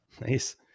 Nice